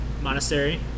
monastery